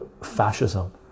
fascism